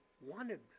wanted